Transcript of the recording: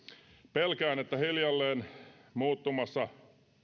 pelkään että hiljalleen olemme muuttumassa